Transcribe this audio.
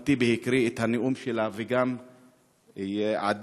אחמד טיבי הקריא את הנאום של אימא שלה, וגם עדי,